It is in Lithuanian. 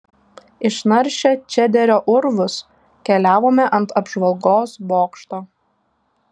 išnaršę čederio urvus keliavome ant apžvalgos bokšto